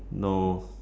no